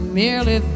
merely